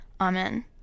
Amen